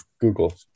Google